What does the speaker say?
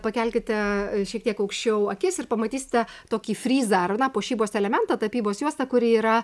pakelkite šiek tiek aukščiau akis ir pamatysite tokį fryzą runa puošybos elementą tapybos juostą kuri yra